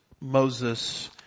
Moses